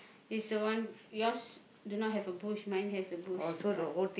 is the one yours do not a bush mine has a bush ya